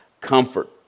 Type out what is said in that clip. comfort